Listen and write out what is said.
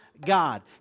God